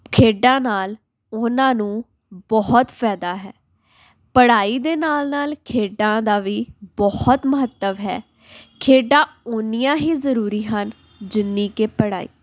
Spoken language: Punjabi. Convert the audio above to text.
ਖੇਡਾਂ ਨਾਲ਼ ਉਹਨਾਂ ਨੂੰ ਬਹੁਤ ਫਾਇਦਾ ਹੈ ਪੜ੍ਹਾਈ ਦੇ ਨਾਲ਼ ਨਾਲ਼ ਖੇਡਾਂ ਦਾ ਵੀ ਬਹੁਤ ਮਹੱਤਵ ਹੈ ਖੇਡਾਂ ਉਨੀਆਂ ਹੀ ਜ਼ਰੂਰੀ ਹਨ ਜਿੰਨੀ ਕਿ ਪੜ੍ਹਾਈ